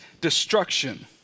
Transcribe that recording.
destruction